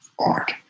art